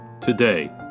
today